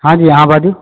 हँ जी हाँ बाजूँ